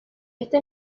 este